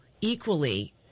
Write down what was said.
equally